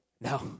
No